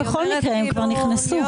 בכל מקרה הם כבר נכנסו.